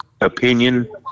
opinion